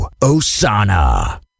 Osana